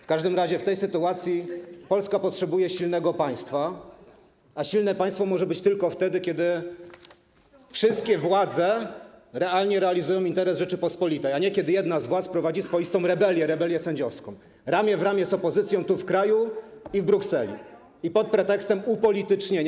W każdym razie w tej sytuacji Polska potrzebuje silnego państwa, a silne państwo może być tylko wtedy, kiedy wszystkie władze realnie realizują interes Rzeczypospolitej, a nie kiedy jedna z władz prowadzi swoistą rebelię, rebelię sędziowską ramię w ramię z opozycją tu, w kraju, i w Brukseli pod pretekstem upolitycznienia.